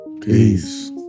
Peace